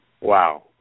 Wow